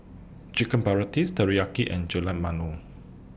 Chicken Teriyaki and Gulab